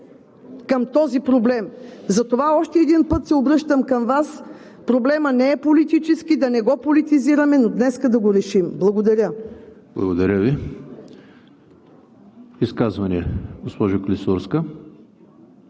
към този проблем. Затова още един път се обръщам към Вас. Проблемът не е политически, да не го политизираме, но днес да го решим. Благодаря. ПРЕДСЕДАТЕЛ ЕМИЛ ХРИСТОВ: Благодаря Ви. Изказвания? Госпожо Клисурска.